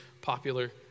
popular